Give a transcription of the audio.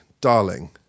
darling